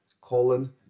colon